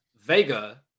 vega